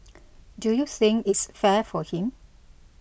do you think its fair for him